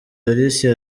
alicia